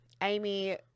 Amy